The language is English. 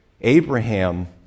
Abraham